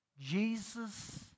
Jesus